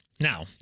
Now